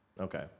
Okay